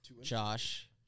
Josh